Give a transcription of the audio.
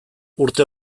urte